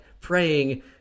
praying